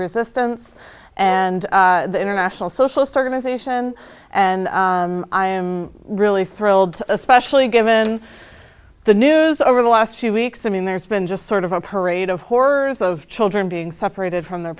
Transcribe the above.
resistance and the international socialist organization and i am really thrilled especially given the news over the last few weeks i mean there's been just sort of a parade of horrors of children being separated from their